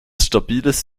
stabiles